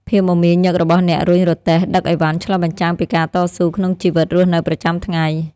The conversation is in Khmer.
ភាពមមាញឹករបស់អ្នករុញរទេះដឹកឥវ៉ាន់ឆ្លុះបញ្ចាំងពីការតស៊ូក្នុងជីវិតរស់នៅប្រចាំថ្ងៃ។